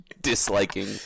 disliking